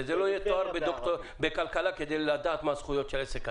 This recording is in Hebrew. שלא יצטרכו תואר דוקטור בכלכלה כדי לדעת מה הזכויות של עסק קטן.